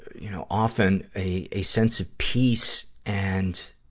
you know, often a, a sense of peace and,